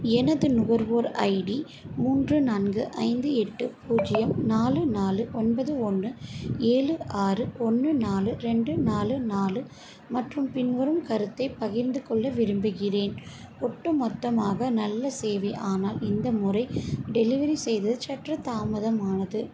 எனது நுகர்வோர் ஐடி மூன்று நான்கு ஐந்து எட்டு பூஜ்ஜியம் நாலு நாலு ஒன்பது ஒன்று ஏழு ஆறு ஒன்று நாலு ரெண்டு நாலு நாலு மற்றும் பின்வரும் கருத்தை பகிர்ந்து கொள்ள விரும்புகிறேன் ஒட்டுமொத்தமாக நல்ல சேவை ஆனால் இந்த முறை டெலிவரி செய்தது சற்று தாமதம் ஆனது